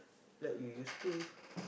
like you used to